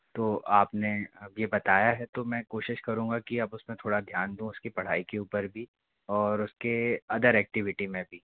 तो आपने अब ये बताया है तो मैं कोशिश करूँगा कि अब उसपर थोड़ा ध्यान दूँ उसकी पढ़ाई के ऊपर भी और उसके अदर एक्टिविटी में भी